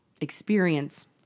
experience